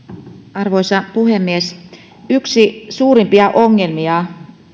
arvoisa puhemies yksi suurimpia ongelmia